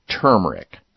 turmeric